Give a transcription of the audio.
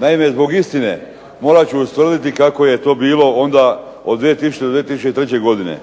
Naime, zbog istine morat ću ustvrditi kako je to bilo onda od 2000. do 2003. godine